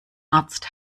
arzt